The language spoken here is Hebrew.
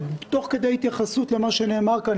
תוך כדי התייחסות למה שנאמר כאן,